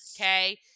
Okay